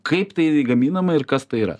kaip tai gaminama ir kas tai yra